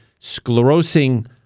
sclerosing